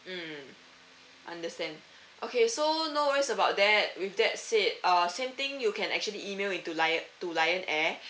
mmhmm understand okay so no worries about that with that said uh same thing you can actually email in to lion to lion air